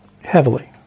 heavily